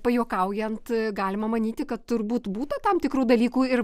pajuokaujant galima manyti kad turbūt būta tam tikrų dalykų ir